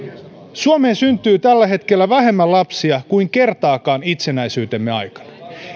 suomeen syntyy tällä hetkellä vähemmän lapsia kuin kertaakaan itsenäisyytemme aikana